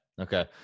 okay